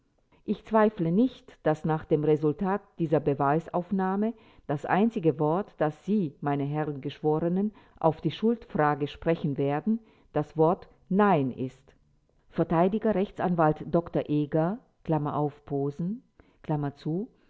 ich zweifle nicht daß nach dem resultat dieser beweisaufnahme das einzige wort das sie meine herren geschworenen auf die schuldfrage sprechen werden das wort nein ist verteidiger rechtsanwalt dr